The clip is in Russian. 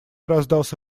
раздался